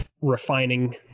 refining